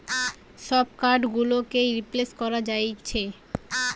সব কার্ড গুলোকেই রিপ্লেস করা যাতিছে